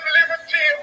liberty